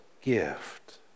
gift